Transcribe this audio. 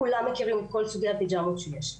כולם מכירים את כל סוגי הפיג'מות שיש לי.